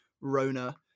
rona